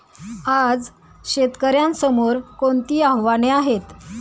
आज शेतकऱ्यांसमोर कोणती आव्हाने आहेत?